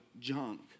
junk